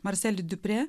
marselį diuprė